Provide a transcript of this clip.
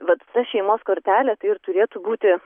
vat ta šeimos kortelė tai ir turėtų būti